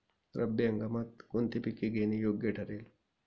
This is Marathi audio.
रब्बी हंगामात कोणती पिके घेणे योग्य ठरेल?